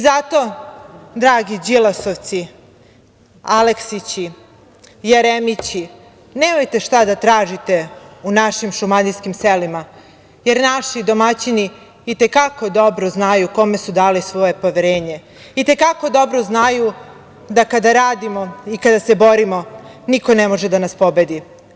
Zato, dragi Đilasovci, Aleksići, Jeremići, nemate šta da tražite u našim šumadijskim selima, jer naši domaćini i te kako dobro znaju kome su dali svoje poverenje, i te kako dobro znaju da kada radimo i kada se borimo niko ne može da nas pobedi.